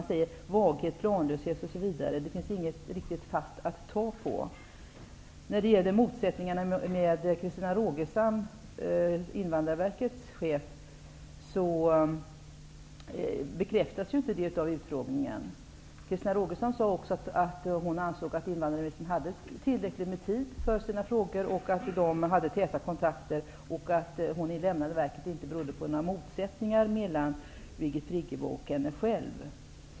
Man talar om vaghet och planlöshet, men det finns inte något riktigt konkret att ta på. När det gäller motsättningarna mellan Invandrarverkets förra chef Christina Rogestam och Birgit Friggebo, bekräftas ju inte dessa av utfrågningen. Christina Rogestam sade också att hon ansåg att invandrarministern hade tillräckligt med tid för att sköta dessa frågor och att invandrarministern och hon hade täta kontakter. Christina Rogestam lämnade inte verket på grund av några motsättningar mellan Birgit Friggebo och henne själv.